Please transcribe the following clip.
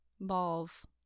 balls